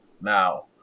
now